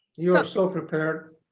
you are so prepared.